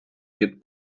від